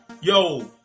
yo